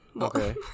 okay